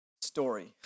story